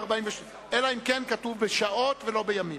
אלא אם כן כתוב בשעות ולא בימים.